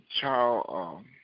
child